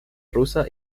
rusa